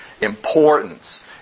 importance